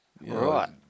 Right